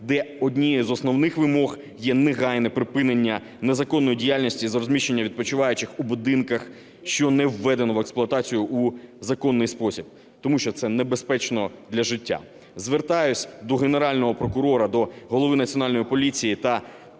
де однією з основних вимог є негайне припинення незаконної діяльності з розміщення відпочиваючих у будинках, що не введено в експлуатацію у законний спосіб, тому що це небезпечно для життя. Звертаюсь до Генерального прокурора, до Голови Національної поліції та